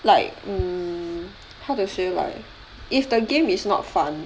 like um how do you feel like if the game is not fun